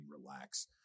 relax